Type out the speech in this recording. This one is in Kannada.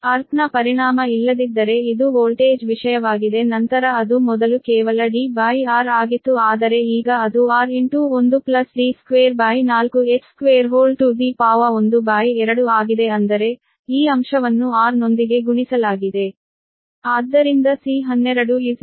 ಅರ್ಥ್ ನ ಪರಿಣಾಮ ಇಲ್ಲದಿದ್ದರೆ ಇದು ವೋಲ್ಟೇಜ್ ವಿಷಯವಾಗಿದೆ ನಂತರ ಅದು ಮೊದಲು ಕೇವಲ Dr ಆಗಿತ್ತು ಆದರೆ ಈಗ ಅದು r ಆಗಿ 1D24h212 ಆಗಿದೆ ಅಂದರೆ ಈ ಅಂಶವನ್ನು r ನೊಂದಿಗೆ ಗುಣಿಸಲಾಗಿದೆ